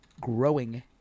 growing